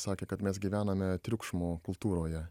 sakė kad mes gyvename triukšmo kultūroje